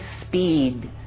speed